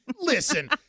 Listen